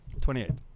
28